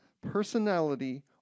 personality